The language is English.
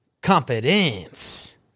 Confidence